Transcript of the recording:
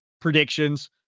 predictions